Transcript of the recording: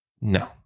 No